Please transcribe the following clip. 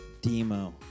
Demo